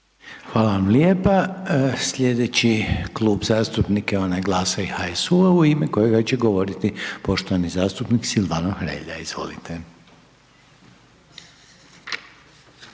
Hvala lijepa. Sljedeći je Klub zastupnika onaj HNS-a u ime kojeg će govoriti poštovani zastupnik Stjepan Čuraj. Izvolite.